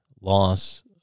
loss